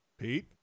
Pete